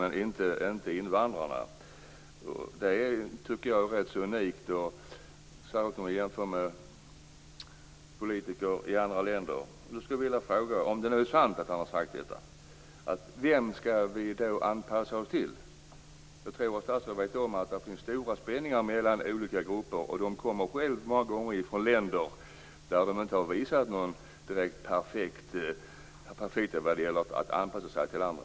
Det är en unik uppfattning, som inte finns bland politiker i andra länder. Om det är sant att statsrådet har sagt detta, skulle jag vilja fråga: Vem skall vi då anpassa oss till? Jag tror att statsrådet vet om att det råder stora spänningar mellan olika grupper och att invandrarna själva många gånger i de länder som de kommer ifrån inte direkt har visat en perfekt anpassning till andra.